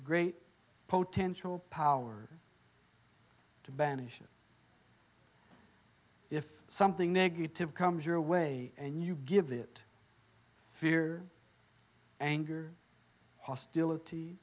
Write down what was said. great potential power to banish it if something negative comes your way and you give it fear anger hostility